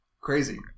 crazy